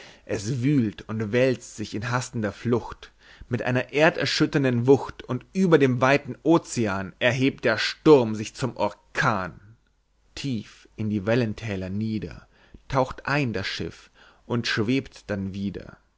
es wühlt und wälzt sich in hastender flucht mit einer erderschütternden wucht und über dem weiten ozean erhebt der sturm sich zum orkan tief in die wellentäler nieder taucht ein das schiff und schwebt dann wieder